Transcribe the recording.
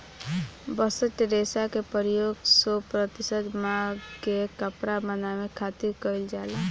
bast रेशा के प्रयोग सौ प्रतिशत भांग के कपड़ा बनावे खातिर कईल जाला